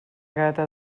gata